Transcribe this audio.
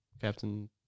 Captain